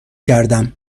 کردم